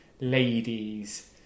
ladies